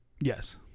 Yes